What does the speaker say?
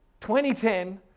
2010